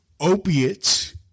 Opiates